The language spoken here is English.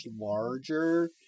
larger